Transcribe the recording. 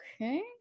Okay